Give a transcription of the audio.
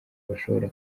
bashobora